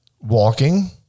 walking